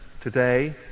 today